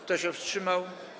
Kto się wstrzymał?